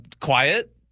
Quiet